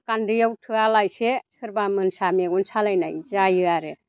गान्दैआव थौयालासे सोरबा मोनसा मेगन सालायनाय जायो आरो